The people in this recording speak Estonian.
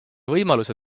võimaluse